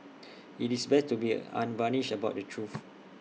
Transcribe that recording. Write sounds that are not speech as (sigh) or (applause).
(noise) IT is best to be unvarnished about the truth